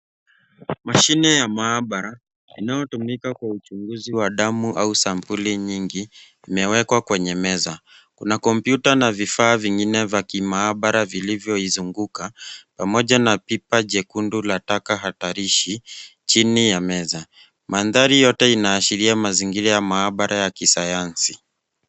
Mashine ya maabara inayotumika kwa uchunguzi wa damu au sampuli nyingi imewekwa kwenye meza. Kuna kompyuta na vifaa vingine vya kimaabara vilivyoizunguka, pamoja na pipa jekundu la taka hatarishi chini ya meza. Mandhari yote inaashiria mazingira ya maabara ya kisayansi.